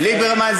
ליברמן.